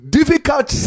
difficult